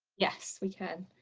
yes we can.